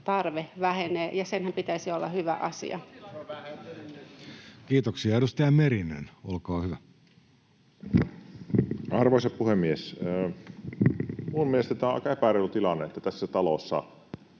tarve vähenee, ja senhän pitäisi olla hyvä asia. Kiitoksia. — Edustaja Merinen, olkaa hyvä. Arvoisa puhemies! Minun mielestäni tämä on aika epäreilu tilanne, että tässä talossa